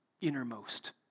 innermost